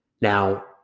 Now